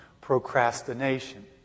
procrastination